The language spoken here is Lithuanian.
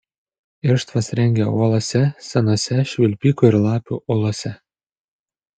irštvas rengia uolose senose švilpikų ir lapių olose